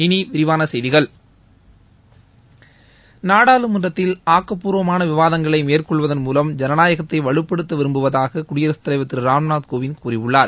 இனி விரிவான செய்திகள் நாடாளுமன்றத்தில் ஆக்கப்பூர்வமான விவாதங்களை மேற்கொள்வதன் மூலம் ஜனநாயகத்தை வலுப்படுத்த விரும்புவதாக குடியரசுத் தலைவர் திரு ராம்நாத் கோவிந்த் கூறியுள்ளார்